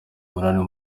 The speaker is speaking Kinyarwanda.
umunani